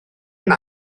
mynd